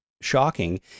shocking